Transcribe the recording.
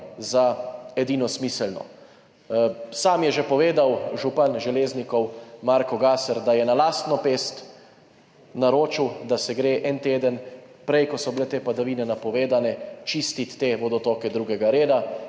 za edino smiselno. Sam je že povedal župan Železnikov Marko Gasser, da je na lastno pest naročil, da se gre en teden prej, ko so bile te padavine napovedane, čistit te vodotoke 2. reda,